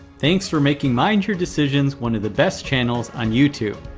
thanks for making mind your decisions one of the best channels on youtube.